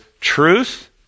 truth